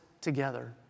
together